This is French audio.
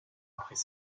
après